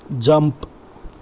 jump